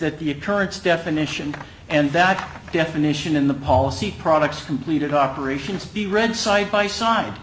that the occurrence definition and that definition in the policy products completed operations be read side by side